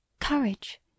Courage